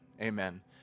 Amen